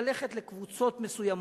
ללכת לקבוצות מסוימות,